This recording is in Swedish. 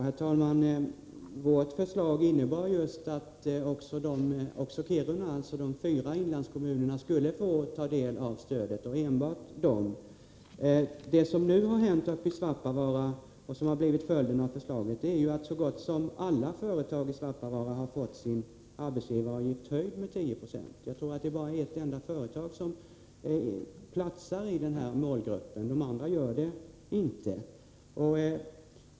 Herr talman! Vårt förslag innebär just att också Kiruna — alltså de fyra inlandskommunerna — får ta del av stödet, och enbart de. Det som nu har hänt uppe i Svappavaara som en följd av förslaget är att så gott som alla företag i Svappavaara har fått sin arbetsgivaravgift höjd med 10 20. Jag tror att det bara är ett enda företag som omfattas av de nya bestämmelserna. De andra gör det inte.